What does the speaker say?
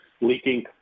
leaking